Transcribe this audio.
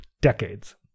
decades